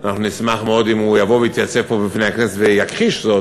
אנחנו נשמח מאוד אם הוא יבוא ויתייצב פה בפני הכנסת ויכחיש זאת,